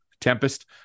Tempest